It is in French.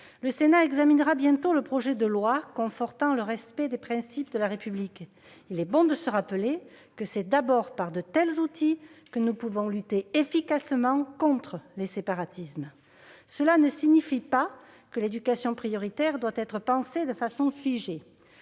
Le Sénat examinera bientôt le projet de loi confortant le respect des principes de la République : il est bon de se rappeler que c'est d'abord par de tels outils que nous pouvons lutter efficacement contre les séparatismes. Cela ne signifie pas que l'éducation prioritaire doit être pensée de façon figée.